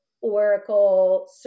Oracle